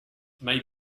may